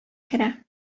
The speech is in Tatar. керә